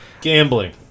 Gambling